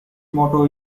motto